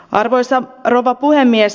arvoisa rouva puhemies